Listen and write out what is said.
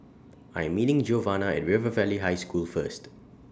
I Am meeting Giovanna At River Valley High School First